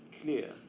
clear